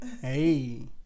hey